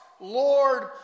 Lord